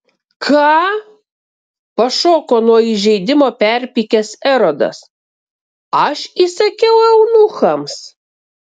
ką pašoko nuo įžeidimo perpykęs erodas aš įsakiau eunuchams